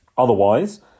Otherwise